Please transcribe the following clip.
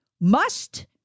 Must-